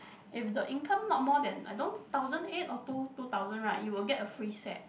if the income not more than I don't thousand eight or two two thousand right you will get a free set